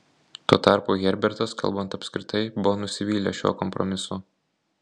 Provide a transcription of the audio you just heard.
tuo tarpu herbertas kalbant apskritai buvo nusivylęs šiuo kompromisu